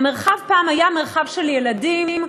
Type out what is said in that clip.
המרחב פעם היה מרחב של ילדים,